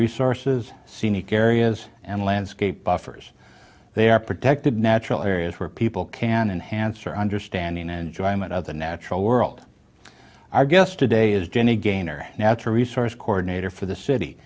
resources scenic areas and landscape offers they are protected natural areas where people can enhance or understanding enjoyment of the natural world our guest today is guinea gaynor natural resource coordinator for the city